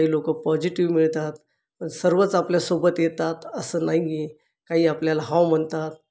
काही लोक पॉजिटीव मिळतात सर्वच आपल्यासोबत येतात असं नाही आहे काही आपल्याला हाव म्हणतात